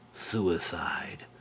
suicide